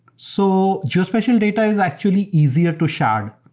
so geospatial data is actually easier to shard.